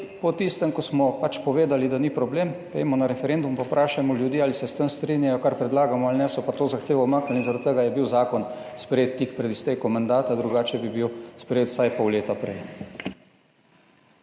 Po tistem, ko smo povedali, da ni problem, pojdimo na referendum, pa vprašajmo ljudi, ali se s tem strinjajo, kar predlagamo, ali ne, so pa to zahtevo umaknili in zaradi tega je bil zakon sprejet tik pred iztekom mandata, drugače bi bil sprejet vsaj pol leta prej.